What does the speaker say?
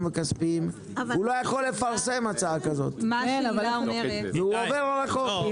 הכספיים הוא לא יכול לפרסם הצעה כזאת והוא עובר על החוק.